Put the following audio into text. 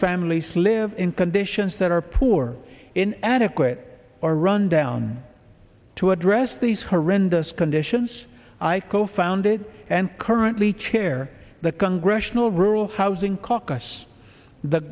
families live in conditions that are poor in adequate or rundown to address these horrendous conditions i co founded and currently chair the congressional rural housing caucus the